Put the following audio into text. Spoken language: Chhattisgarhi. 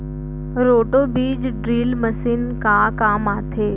रोटो बीज ड्रिल मशीन का काम आथे?